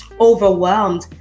overwhelmed